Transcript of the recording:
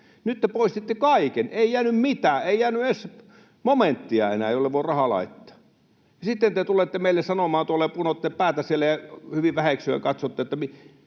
Nyt te poistitte kaiken, ei jäänyt mitään, ei jäänyt edes momenttia enää, jolle voi rahaa laittaa. Ja sitten te tulette meille sanomaan tuolla ja punotte päätä siellä ja hyvin väheksyen katsotte.